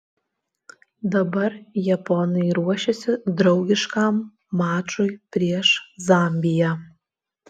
dabar japonai ruošiasi draugiškam mačui prieš zambiją